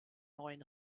neuen